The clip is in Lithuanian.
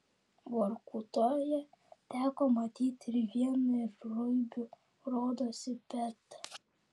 vorkutoje teko matyti ir vieną iš ruibių rodosi petrą